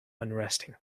unresting